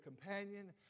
companion